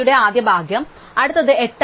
ആദ്യ ഭാഗം അടുത്തത് 8 ആണ്